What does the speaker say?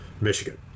Michigan